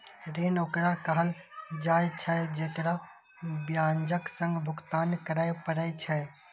ऋण ओकरा कहल जाइ छै, जेकरा ब्याजक संग भुगतान करय पड़ै छै